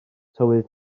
tywydd